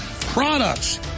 products